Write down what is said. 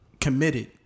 committed